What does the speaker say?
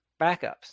backups